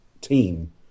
team